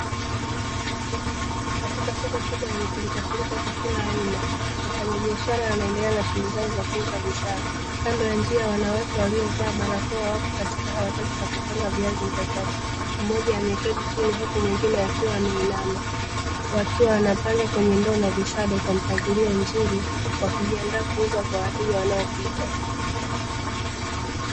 Katika soko kubwa yenye pirikapirika za kila aina, wafanya biashara wanaendelea na shughuli zao za kuuza bidhaa, kando ya njia wanawake waliovaa barakoa wako katika harakati za kupanga viazi mbatata umoja ameketi chini huku mwingine akiwa ameinama wakiwa wanapanga kwenye ndoa na visado kwa mpangilio mzuri wakijiandaa kuuzwa kwa wateja wanaopita.